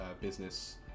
business